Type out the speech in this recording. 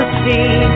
see